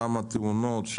דיון.